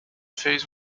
fez